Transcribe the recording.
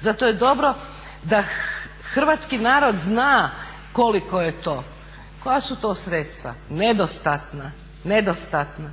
zato je dobro da hrvatski narod zna koliko je, koja u to sredstva. Nedostatna, nedostatna